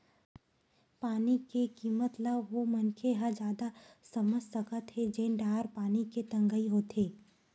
पानी के किम्मत ल ओ मनखे ह जादा समझ सकत हे जेन डाहर पानी के तगई होवथे